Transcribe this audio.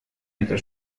entre